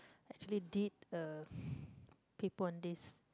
actually did a paper on this